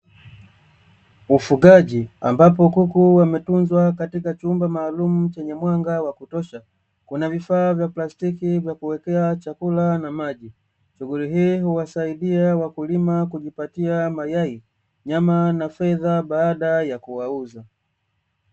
Ufugaji ambapo kuku wametunzwa katika chumba maalumu chenye mwanga wa kutosha, kuna vifaa vya plastiki vya kuwekea chakula na maji. Shughuli hii huwapatia wakulima nyama na fedha baada ya kuwauza.